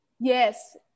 Yes